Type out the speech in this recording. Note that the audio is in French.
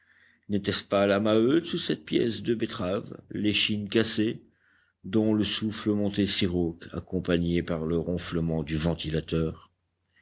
n'était-ce pas la maheude sous cette pièce de betteraves l'échine cassée dont le souffle montait si rauque accompagné par le ronflement du ventilateur